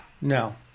No